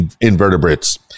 invertebrates